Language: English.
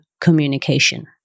communication